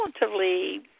relatively